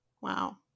Wow